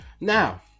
Now